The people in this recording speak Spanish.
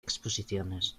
exposiciones